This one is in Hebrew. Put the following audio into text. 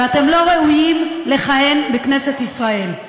ואתם לא ראויים לכהן בכנסת ישראל.